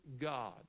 God